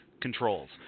controls